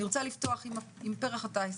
אני רוצה לפתוח עם פרח הטיס,